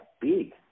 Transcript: big